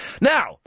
Now